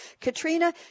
Katrina